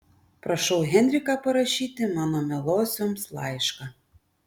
prašau henriką parašyti mano mielosioms laišką